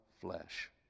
flesh